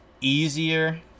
easier